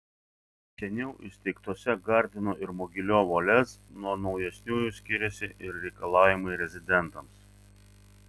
seniau įsteigtose gardino ir mogiliovo lez nuo naujesniųjų skiriasi ir reikalavimai rezidentams